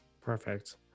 perfect